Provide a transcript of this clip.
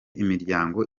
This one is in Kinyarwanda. imiryango